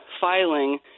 filing